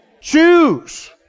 Choose